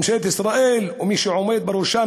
ממשלת ישראל ומי שעומד בראשה,